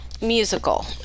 musical